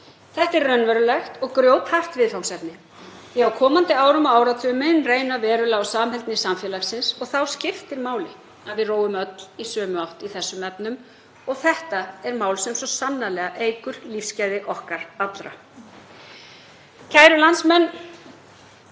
Þetta er raunverulegt og grjóthart viðfangsefni því að á komandi árum og áratugum mun reyna verulega á samheldni samfélagsins og þá skiptir máli að við róum öll í sömu átt í þessum efnum. Þetta er mál sem eykur svo sannarlega lífsgæði okkar allra. Kæru landsmenn.